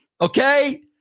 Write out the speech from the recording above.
okay